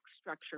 structure